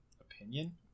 opinion